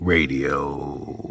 Radio